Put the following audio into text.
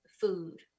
food